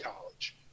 college